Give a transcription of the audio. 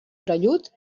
orellut